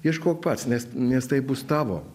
ieškok pats nes nes tai bus tavo